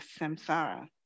samsara